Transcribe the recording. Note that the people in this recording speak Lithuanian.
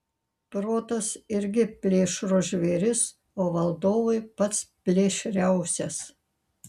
protas irgi plėšrus žvėris o valdovui pats plėšriausias